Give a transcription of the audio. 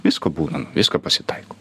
visko būna visko pasitaiko